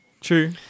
True